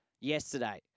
yesterday